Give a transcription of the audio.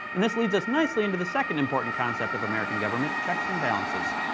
and this lead us nicely into the second important concept of american government checks and balances.